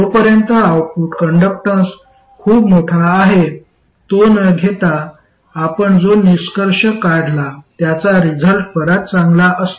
जोपर्यंत output conductance खूप मोठा आहे तो न घेता आपण जो निष्कर्ष काढला त्याचा रिझल्ट बराच चांगला असतो